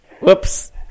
Whoops